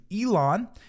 Elon